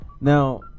now